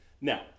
Now